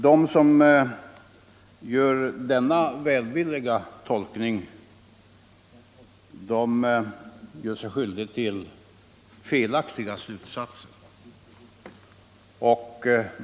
De som gör denna välvilliga tolkning drar felaktiga slutsatser.